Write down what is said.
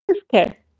okay